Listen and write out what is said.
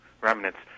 remnants